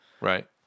Right